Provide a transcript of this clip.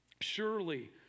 Surely